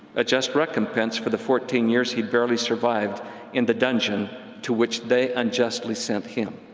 a just recompense for the fourteen years he barely survived in the dungeon to which they unjustly sent him.